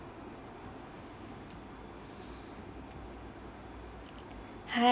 hi